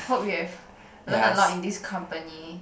hope you have learn a lot in this company